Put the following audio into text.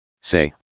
Say